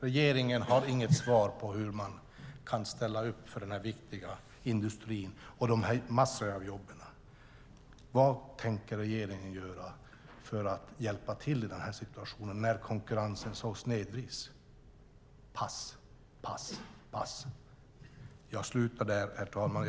Regeringen har inget svar på hur man kan ställa upp för den här viktiga industrin och massor av jobb. Vad tänker regeringen göra för att hjälpa till i den här situationen, när konkurrensen så snedvrids? Pass, pass, pass! Jag slutar där, herr talman.